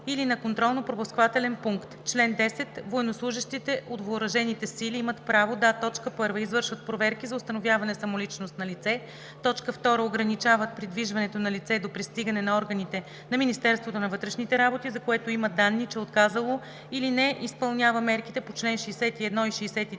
или на контролно-пропускателен пункт. Чл. 10. Военнослужещите от въоръжените сили имат право да: 1. извършват проверки за установяване самоличност на лице; 2. ограничават придвижването на лице до пристигане на органите на Министерството на вътрешните работи, за което има данни, че е отказало или не изпълнява мерките по чл. 61 и 63